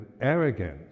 arrogance